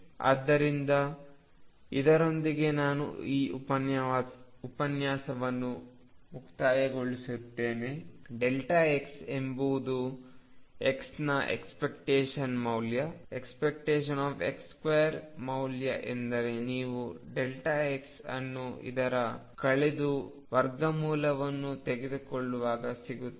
ಆದ್ದರಿಂದ ಇದರೊಂದಿಗೆ ನಾನು ಈ ಉಪನ್ಯಾಸವನ್ನು ಮುಕ್ತಾಯಗೊಳಿಸುತ್ತೇನೆ xಎಂಬುದು x ನ ಎಕ್ಸ್ಪೆಕ್ಟೇಶನ್ ಮೌಲ್ಯ ⟨x2⟩ ಮೌಲ್ಯ ಎಂದರೆ ನೀವು x ಅನ್ನು ಇದರ ಕಳೆದು ವರ್ಗಮೂಲವನ್ನು ತೆಗೆದುಕೊಳ್ಳುವಾಗ ಸಿಗುತ್ತದೆ